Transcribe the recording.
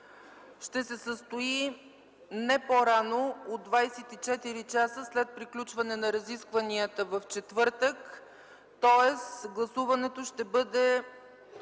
ще се състои не по-рано от 24 часа след приключване на разискванията в четвъртък, тоест гласуването ще бъде